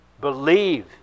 believe